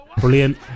brilliant